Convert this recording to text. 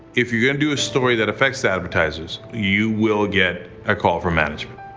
if you're gonna do a story that affects the advertisers, you will get a call from management.